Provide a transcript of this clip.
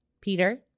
Peter